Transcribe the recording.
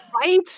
Right